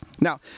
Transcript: Now